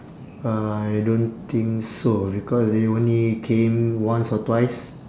uh I don't think so because they only came once or twice